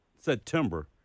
September